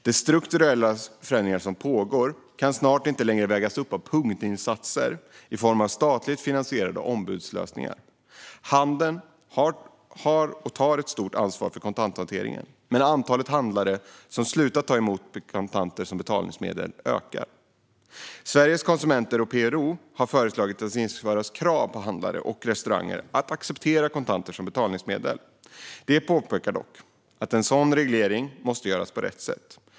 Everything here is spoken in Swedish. De strukturella förändringar som pågår kan snart inte längre vägas upp med punktinsatser i form av statligt finansierade ombudslösningar. Handeln har och tar ett stort ansvar för kontanthanteringen, men antalet handlare som har slutat att ta emot kontanter som betalningsmedel ökar. Sveriges Konsumenter och PRO föreslår att det ska införas krav på handlare och restauranger att acceptera kontanter som betalningsmedel. De påpekar dock att en sådan reglering måste göras på rätt sätt.